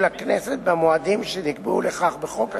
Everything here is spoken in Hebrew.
לכנסת במועדים שנקבעו לכך בחוק השוויון,